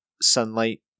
sunlight